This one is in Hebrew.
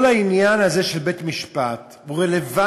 כל העניין הזה של בית-משפט הוא רלוונטי